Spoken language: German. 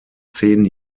zehn